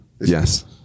yes